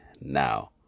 now